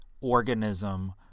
organism